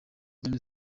none